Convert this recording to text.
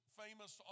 famous